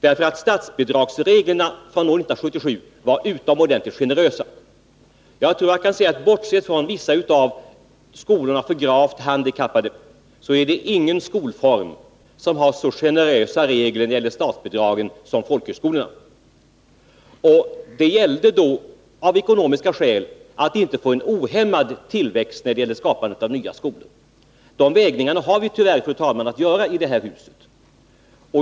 Statsbidragsreglerna från 1977 var utomordentligt generösa. Jag tror jag kan säga att bortsett från vissa av skolorna för gravt handikappade är det ingen skolform som har så generösa regler när det gäller statsbidrag som folkhögskolorna. Det gällde därför att inte få en ohämmad tillväxt av nya skolor. De avvägningarna måste vi tyvärr göra i detta hus.